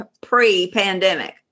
pre-pandemic